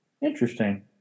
Interesting